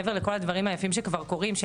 מעבר לכל הדברים היפים שכבר קורים של